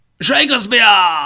Shakespeare